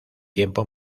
tiempo